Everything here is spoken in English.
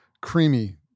creamy